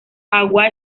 agua